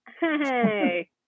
Hey